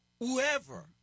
Whoever